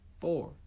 four